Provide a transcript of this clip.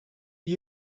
new